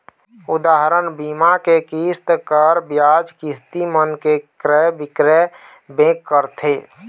उदाहरन, बीमा के किस्त, कर, बियाज, किस्ती मन के क्रय बिक्रय बेंक करथे